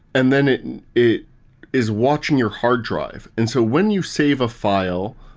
and then it it is watching your hard drive. and so when you save a file,